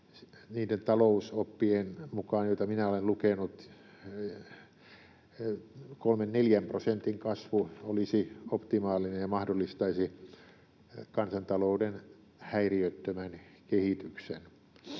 Niiden talousoppien mukaan, joita minä olen lukenut, kolmen neljän prosentin kasvu olisi optimaalinen ja mahdollistaisi kansantalouden häiriöttömän kehityksen.